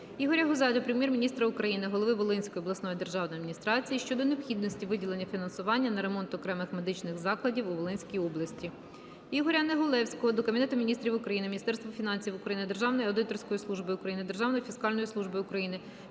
Ігоря Гузя до Прем'єр-міністра України, голови Волинської обласної державної адміністрації щодо необхідності виділення фінансування на ремонт окремих медичних закладів у Волинській області. Ігоря Негулевського до Кабінету Міністрів України, Міністерства фінансів України, Державної аудиторської служби України,